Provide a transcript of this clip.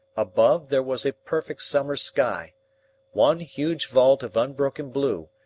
above there was a perfect summer sky one huge vault of unbroken blue,